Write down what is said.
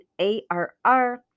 A-R-R